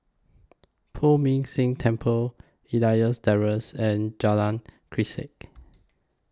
Poh Ming Tse Temple Elias Terrace and Jalan Grisek